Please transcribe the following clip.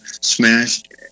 smashed